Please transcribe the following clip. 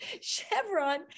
Chevron